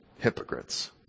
hypocrites